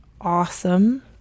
awesome